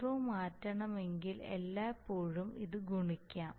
zero മാറ്റണമെങ്കിൽ എല്ലായ്പ്പോഴും ഇത് ഗുണിക്കാം